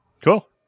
cool